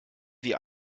wir